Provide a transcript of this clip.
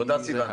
תודה, סיון.